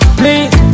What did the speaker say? please